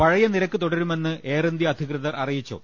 പഴയ നിരക്ക് തുടരുമെന്ന് എയർഇന്തൃ അധികൃതർ അറിയിച്ചു